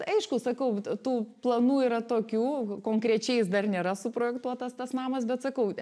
aišku sakau t tų planų yra tokių konkrečiai jis dar nėra suprojektuotas tas namas bet sakau